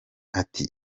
ati